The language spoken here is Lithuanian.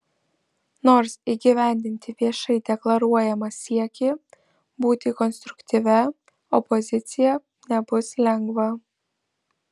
nors įgyvendinti viešai deklaruojamą siekį būti konstruktyvia opozicija nebus lengva